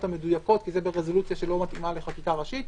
המדויקות כי זו רזולוציה שלא מתאימה לחקיקה ראשית.